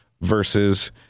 versus